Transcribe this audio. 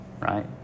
Right